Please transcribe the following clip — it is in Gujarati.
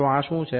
તો આ શું છે